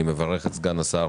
אני מברך את סגן השר